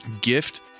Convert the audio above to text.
gift